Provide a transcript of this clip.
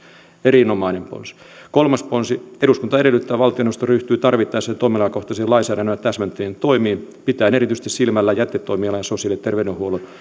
erinomainen ponsi kolmas ponsi eduskunta edellyttää että valtioneuvosto ryhtyy tarvittaessa toimialakohtaisiin lainsäädäntöä täsmentäviin toimiin pitäen erityisesti silmällä jätetoimialan ja sosiaali ja terveydenhuollon